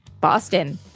Boston